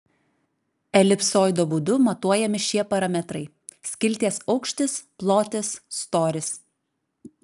elipsoido būdu matuojami šie parametrai skilties aukštis plotis storis